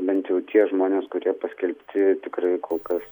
bent jau tie žmonės kurie paskelbti tikrai kol kas